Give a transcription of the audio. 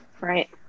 Right